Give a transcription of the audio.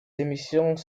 émissions